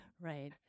Right